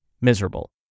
miserable